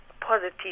positive